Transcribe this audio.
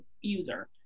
user